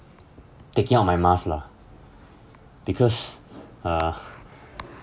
taking out my mask lah because uh